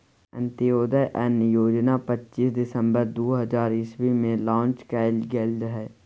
अंत्योदय अन्न योजना पच्चीस दिसम्बर दु हजार इस्बी मे लांच कएल गेल रहय